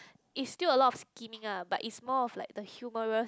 is still a lot of scheming lah but is more of like the humorous